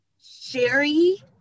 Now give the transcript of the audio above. Sherry